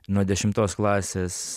nuo dešimtos klasės